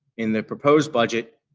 in the proposed budget,